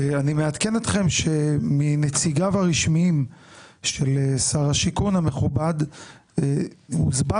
אני מעדכן אתכם שמנציגיו הרשמיים של שר השיכון המכובד הוסבר